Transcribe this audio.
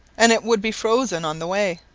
and it would be frozen on the way.